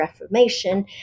Reformation